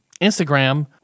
Instagram